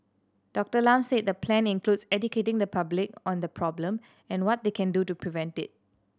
Doctor Lam said the plan includes educating the public on the problem and what they can do to prevent it